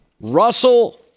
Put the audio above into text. Russell